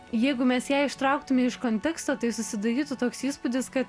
jeigu mes ją ištrauktume iš konteksto tai susidarytų toks įspūdis kad